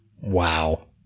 Wow